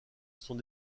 sont